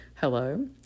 hello